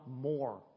more